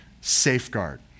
safeguard